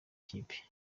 kipe